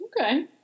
okay